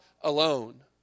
alone